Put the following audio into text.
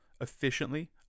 efficiently